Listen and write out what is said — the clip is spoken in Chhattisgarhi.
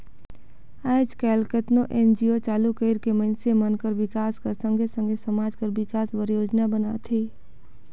आएज काएल केतनो एन.जी.ओ चालू कइर के मइनसे मन कर बिकास कर संघे संघे समाज कर बिकास बर योजना बनाथे